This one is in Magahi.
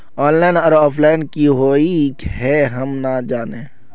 ऑनलाइन आर ऑफलाइन की हुई है हम ना जाने?